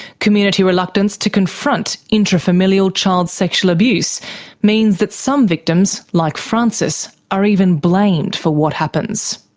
community reluctance to confront intrafamilial child sexual abuse means that some victims, like francis, are even blamed for what happens.